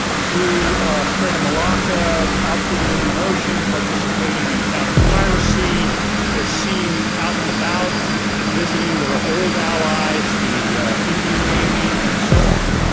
through strait of malacca, out through the indian ocean, participating in counter-piracy, they're seen out and about visiting their old allies, the indian navy and so on.